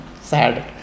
Sad